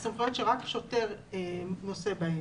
אלה סמכויות שרק שוטר נושא בהן.